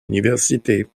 université